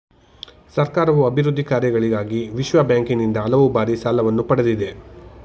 ಸರ್ಕಾರವು ಅಭಿವೃದ್ಧಿ ಕಾರ್ಯಗಳಿಗಾಗಿ ವಿಶ್ವಬ್ಯಾಂಕಿನಿಂದ ಹಲವು ಬಾರಿ ಸಾಲವನ್ನು ಪಡೆದಿದೆ